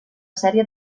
sèrie